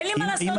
אין לי מה לעשות.